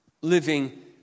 living